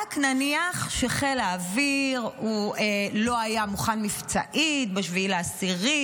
רק נניח שחיל האוויר לא היה מוכן מבצעית ב-7 באוקטובר,